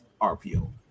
RPO